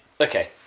okay